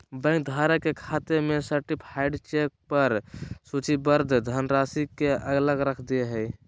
bank धारक के खाते में सर्टीफाइड चेक पर सूचीबद्ध धनराशि के अलग रख दे हइ